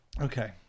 Okay